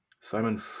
Simon